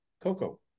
Coco